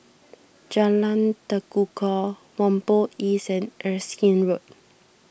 Jalan Tekukor Whampoa East and Erskine Road